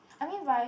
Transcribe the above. I mean right